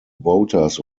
voters